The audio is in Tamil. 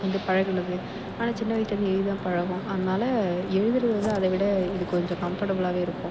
வந்து பழகினது ஆனால் சின்ன வயசில் இருந்து எழுதி தான் பழக்கம் அதனால் எழுதுகிறது வந்து அதை விட இது கொஞ்சம் கம்ஃபர்ட்டபிளாகவே இருக்கும்